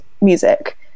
music